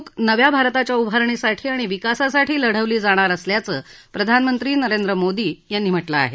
आगामी निवडणूक नव्या भारताच्या उभारणीसाठी आणि विकासासाठी लढवली जाणार असल्याचं प्रधानमंत्री नरेंद्र मोदी यांनी म्हटलं आहे